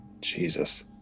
Jesus